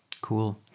Cool